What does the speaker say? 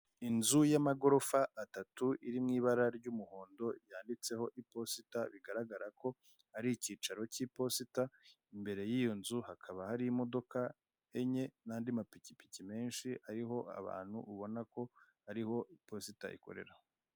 Inzu y'amagorofa atatu iri mu ibara ry'umuhondo yanditseho iposita, bigaragara ko ari ikicaro k'iposta imbere y'iyo nzu hari imodoka enye n'andi mapikipiki menshi ubona ko ariho iposta ikorera.